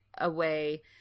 away